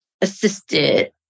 assisted